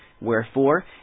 Wherefore